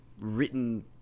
written